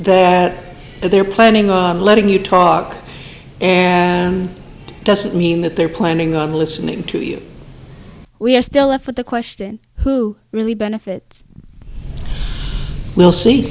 that they're planning on letting you talk and doesn't mean that they're planning on listening to you we're still left with the question who really benefit we'll see